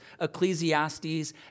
Ecclesiastes